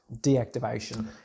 deactivation